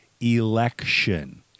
election